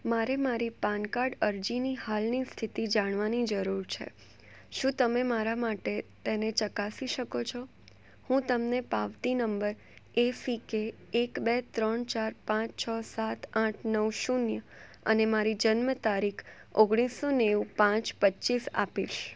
મારે મારી PAN card અરજીની હાલની સ્થિતિ જાણવાની જરૂર છે શું તમે મારા માટે તેને ચકાસી શકો છો હું તમને પાવતી નંબર એ સી કે એક બે ત્રણ ચાર પાંચ છ સાત આઠ નવ શૂન્ય અને મારી જન્મ તારીખ ઓગણીસો નેવું પાંચ પચીસ આપીશ